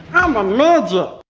i'm a midget.